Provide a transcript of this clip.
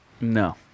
No